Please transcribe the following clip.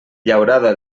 llaurada